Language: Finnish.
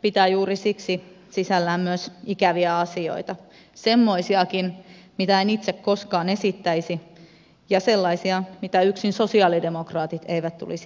pitää juuri siksi sisällään myös ikäviä asioita semmoisiakin mitä en itse koskaan esittäisi ja sellaisia mitä yksin sosialidemokraatit eivät tulisi esittämään